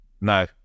No